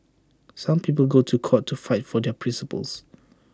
some people go to court to fight for their principles